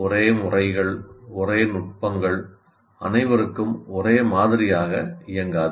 ஒரே முறைகள் ஒரே நுட்பங்கள் அனைவருக்கும் ஒரே மாதிரியாக இயங்காது